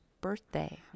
birthday